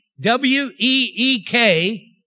W-E-E-K